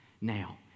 Now